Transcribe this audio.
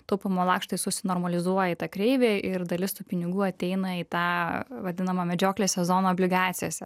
taupymo lakštai susinormalizuoja į tą kreivę ir dalis tų pinigų ateina į tą vadinamą medžioklės sezono obligacijose